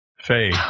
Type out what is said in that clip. Faye